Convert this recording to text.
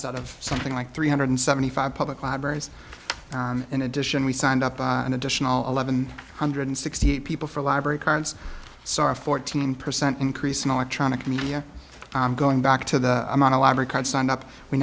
out of something like three hundred seventy five public libraries in addition we signed up an additional eleven hundred sixty eight people for library cards sorry fourteen percent increase in electronic media going back to the amount of library card signed up we